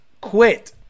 quit